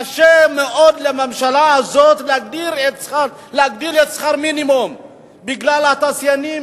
קשה מאוד לממשלה הזאת להגדיל את שכר המינימום בגלל התעשיינים,